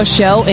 Show